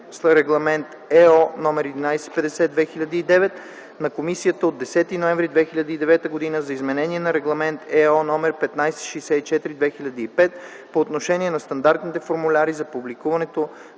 с Регламент (ЕО) № 1150/2009 на Комисията от 10 ноември 2009 г. за изменение на Регламент (ЕО) № 1564/2005 по отношение на стандартните формуляри за публикуването